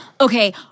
okay